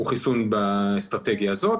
הוא חיסון באסטרטגיה הזאת.